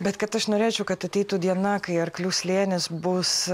bet kad aš norėčiau kad ateitų diena kai arklių slėnis bus